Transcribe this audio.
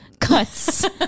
cuts